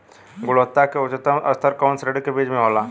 गुणवत्ता क उच्चतम स्तर कउना श्रेणी क बीज मे होला?